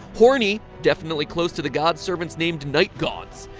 horny? definitely close to the gods servants named nightgaunts.